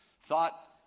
thought